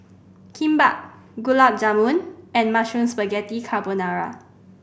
Kimbap Gulab Jamun and Mushroom Spaghetti Carbonara